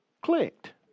clicked